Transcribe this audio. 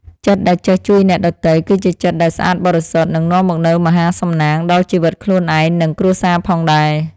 ចិត្តដែលចេះជួយអ្នកដទៃ គឺជាចិត្តដែលស្អាតបរិសុទ្ធ និងនាំមកនូវមហាសំណាងដល់ជីវិតខ្លួនឯង និងគ្រួសារផងដែរ។